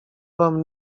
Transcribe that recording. wam